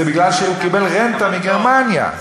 זה משום שהוא קיבל רנטה מגרמניה.